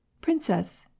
princess